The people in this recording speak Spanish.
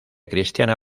cristiana